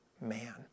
man